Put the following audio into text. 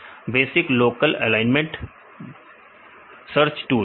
विद्यार्थी basic local alignment basic local alignment विद्यार्थी search tool